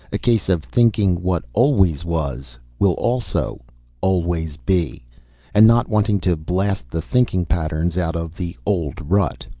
a case of thinking what always was will also always be and not wanting to blast the thinking patterns out of the old rut.